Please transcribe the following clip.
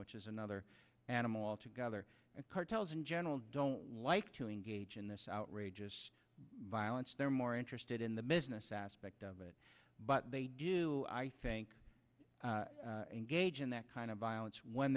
which is another animal altogether and cartels in general don't like to engage in this outrageous violence they're more interested in the business aspect of it but they do i think engage in that kind of violence when